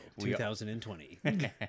2020